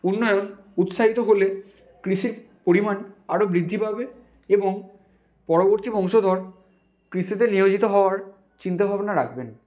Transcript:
উন্নয়ন উৎসাহিত হলে কৃষির পরিমাণ আরো বৃদ্ধি পাবে এবং পরবর্তী বংশধর কৃষিতে নিয়োজিত হওয়ার চিন্তা ভাবনা রাখবেন